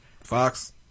Fox